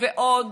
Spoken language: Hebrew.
ועוד